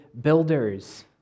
builders